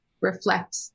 reflect